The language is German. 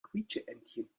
quietscheentchen